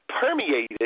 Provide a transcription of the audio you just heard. permeated